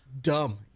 Dumb